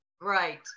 Right